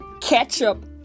ketchup